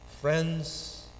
friends